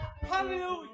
Hallelujah